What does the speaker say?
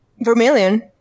Vermilion